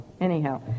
Anyhow